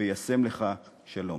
"וישם לך שלום".